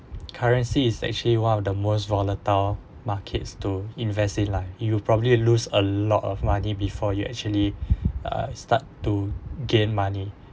currency is actually one of the most volatile markets to invest in lah you will probably lose a lot of money before you actually uh start to gain money